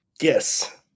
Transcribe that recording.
Yes